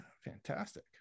fantastic